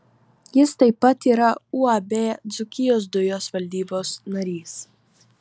jis taip pat yra uab dzūkijos dujos valdybos narys